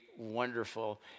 wonderful